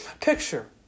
picture